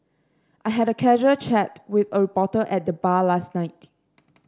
I had a casual chat with a reporter at the bar last night